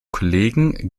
kollegen